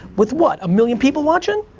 with what, a million people watching?